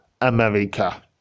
america